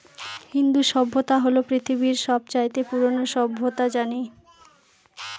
সিন্ধু সভ্যতা হল পৃথিবীর সব চাইতে পুরোনো সভ্যতা জানি